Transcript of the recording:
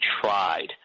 tried